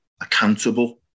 accountable